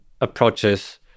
approaches